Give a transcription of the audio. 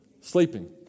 Sleeping